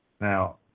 Now